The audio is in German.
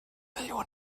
million